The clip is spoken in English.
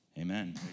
Amen